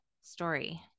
story